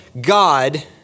God